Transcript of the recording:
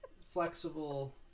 flexible